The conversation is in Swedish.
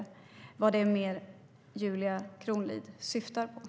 Vad är det Julia Kronlid syftar på?